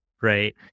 right